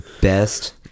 Best